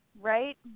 right